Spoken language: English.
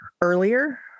earlier